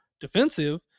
defensive